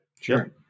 Sure